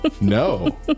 No